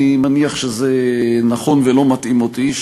אני מניח שזה נכון ולא מטעים אותי,